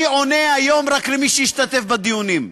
אני עונה היום רק למי שהשתתף בדיונים.